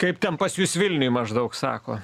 kaip ten pas jus vilniuj maždaug sako